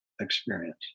experience